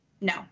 No